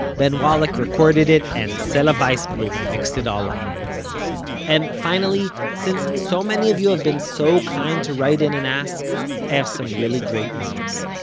ben wallick recorded it, and sela waisblum mixed it all up and finally, since so many of you have been so kind to write in and ask, i have some really great news.